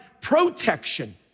protection